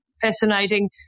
fascinating